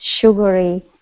sugary